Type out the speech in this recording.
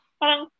parang